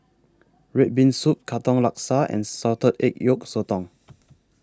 Red Bean Soup Katong Laksa and Salted Egg Yolk Sotong